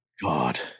God